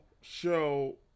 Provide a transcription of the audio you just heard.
show